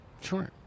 Sure